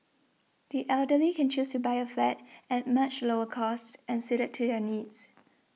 the elderly can choose to buy a flat at much lower cost and suited to their needs